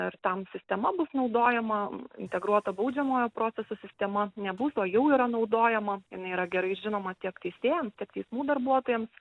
ir tam sistema bus naudojama integruota baudžiamojo proceso sistema nebus o jau yra naudojama jinai yra gerai žinoma tiek teisėjams tiek teismų darbuotojams